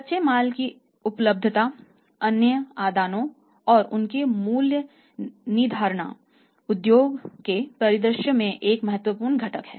कच्चे माल की उपलब्धता अन्य आदानों और उनके मूल्य निर्धारण उद्योग के परिदृश्य में एक और महत्वपूर्ण घटक है